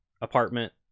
apartment